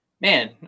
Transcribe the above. Man